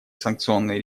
санкционные